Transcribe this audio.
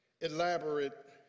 elaborate